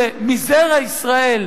שהם מזרע ישראל,